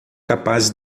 capaz